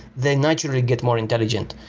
they naturally get more intelligent.